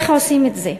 איך עושים את זה?